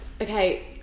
Okay